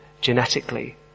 genetically